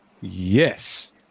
Yes